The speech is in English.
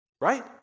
right